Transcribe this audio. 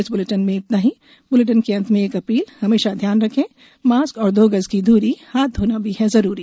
इस ब्लेटिन के अंत में एक अपील हमेशा ध्यान रखें मास्क और दो गज की दूरी हाथ धोना भी है जरूरी